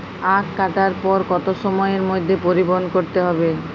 আখ কাটার পর কত সময়ের মধ্যে পরিবহন করতে হবে?